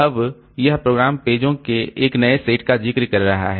अब यह प्रोग्राम पेजों के एक नए सेट का जिक्र कर रहा है